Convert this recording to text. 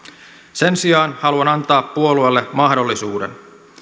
sen sijaan haluan antaa puolueelle mahdollisuuden